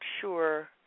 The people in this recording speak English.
sure